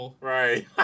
Right